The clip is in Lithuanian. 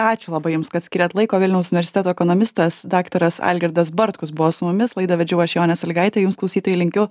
ačiū labai jums kad skiriat laiko vilniaus universiteto ekonomistas daktaras algirdas bartkus buvo su mumis laidą vedžiau aš jonė sąlygaitė jums klausytojai linkiu